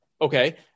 Okay